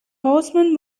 horseman